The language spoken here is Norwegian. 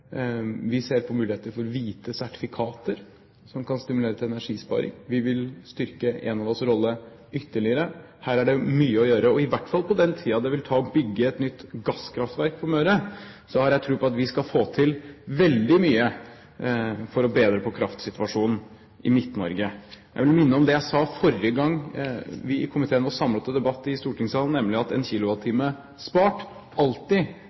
Vi ser på muligheter for hvite sertifikater som kan stimulere til energisparing, og vi vil styrke Enovas rolle ytterligere. Her er det mye å gjøre, og i hvert fall i løpet av den tiden det vil ta å bygge et nytt gasskraftverk på Møre, har jeg tro på at vi skal få til veldig mye for å bedre kraftsituasjonen i Midt-Norge. Jeg vil minne om det jeg sa forrige gang vi i komiteen var samlet til debatt i stortingssalen, nemlig at en kilowattime spart alltid